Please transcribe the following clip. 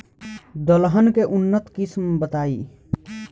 दलहन के उन्नत किस्म बताई?